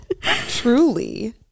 Truly